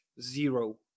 Zero